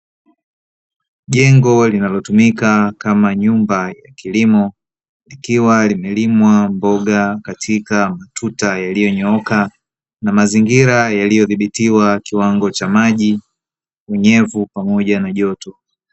Jengo linalotumika kama nyumba ya kilimo likiwa limelimwa mboga katika matuta yaliyonyooka; na mazingira yaliyodhibitiwa kiwango cha maji, unyevu pamoja na joto.